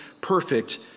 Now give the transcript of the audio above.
perfect